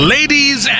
Ladies